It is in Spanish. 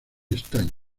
estaño